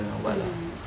mm